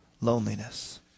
loneliness